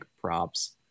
props